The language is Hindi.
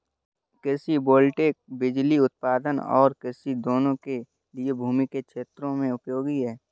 कृषि वोल्टेइक बिजली उत्पादन और कृषि दोनों के लिए भूमि के क्षेत्रों में उपयोगी है